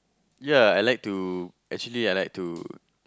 ya I like to actually I like to